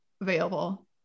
available